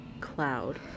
cloud